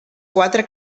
quatre